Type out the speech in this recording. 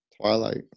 Twilight